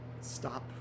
stop